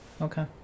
okay